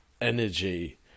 energy